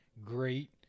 great